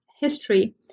history